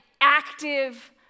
active